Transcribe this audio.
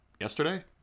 Yesterday